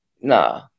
Nah